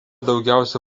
daugiausia